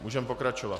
Můžeme pokračovat.